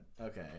Okay